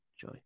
Joy